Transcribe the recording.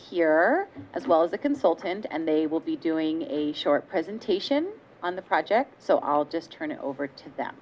here as well as a consultant and they will be doing a short presentation on the project so i'll just turn it over to th